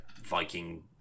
Viking